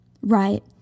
right